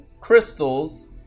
crystals